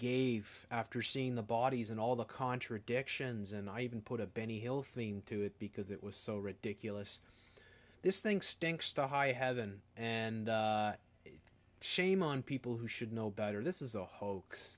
gave after seeing the bodies and all the contradictions and i even put a benny hill thing to it because it was so ridiculous this thing stinks to high heaven and shame on people who should know better this is a hoax